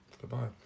Goodbye